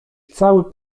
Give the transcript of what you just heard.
cały